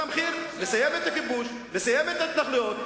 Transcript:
המחיר הוא לסיים את הכיבוש, לסיים את ההתנחלויות.